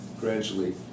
gradually